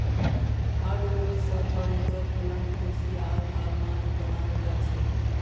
hardwood स furniture, पलंग कुर्सी आर आलमारी बनाल जा छेक